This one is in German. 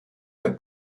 der